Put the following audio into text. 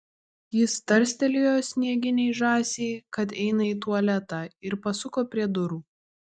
jis tarstelėjo snieginei žąsiai kad eina į tualetą ir pasuko prie durų